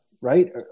right